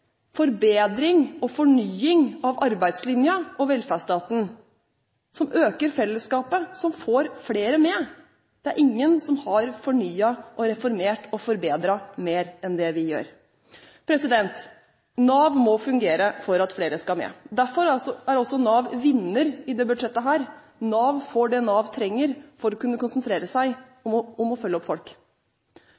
forbedring og fornying av arbeidslinjen og velferdsstaten, som øker fellesskapet, og som får flere med. Det er ingen som har fornyet, reformert og forbedret mer enn det vi har gjort. Nav må fungere for at flere skal med. Derfor er også Nav vinner i dette budsjettet – Nav får det Nav trenger for å kunne konsentrere seg